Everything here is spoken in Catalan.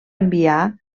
enviar